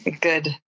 good